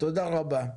תודה רבה.